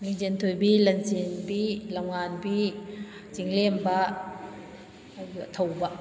ꯂꯤꯡꯖꯦꯟꯊꯣꯏꯕꯤ ꯂꯟꯆꯦꯟꯕꯤ ꯂꯝꯉꯥꯟꯕꯤ ꯆꯤꯡꯂꯦꯝꯕ ꯑꯗꯨꯒ ꯊꯧꯕ